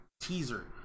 teaser